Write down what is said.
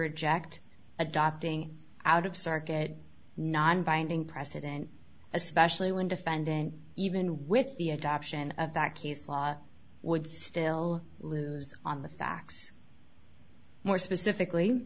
reject adopting out of circuit non binding precedent especially when defendant even with the adoption of that case law would still lose on the facts more specifically